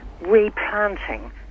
replanting